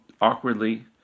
awkwardly